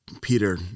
Peter